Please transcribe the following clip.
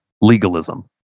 legalism